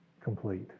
complete